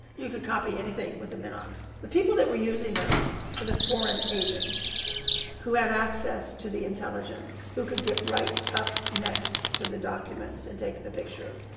you could copy anything with a minox. the people that were using them were the foreign agents who had access to the intelligence, who could get right up next to the documents and take the picture.